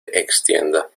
extienda